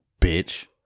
bitch